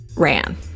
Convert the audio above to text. ran